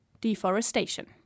deforestation